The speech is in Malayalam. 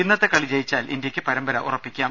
ഇന്നത്തെ കളി ജയിച്ചാൽ ഇന്ത്യയ്ക്ക് പരമ്പര ഉറപ്പിക്കാം